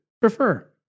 prefer